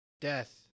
death